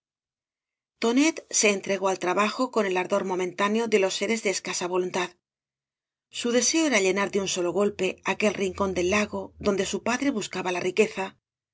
be entregó al trabajo con el ardor momentáneo de los seres de escasa voluntad su deseo era llenar de un solo golpe aquel rincón del lago donde su padre buscaba la riqueza